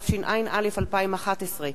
התשע”א 2011,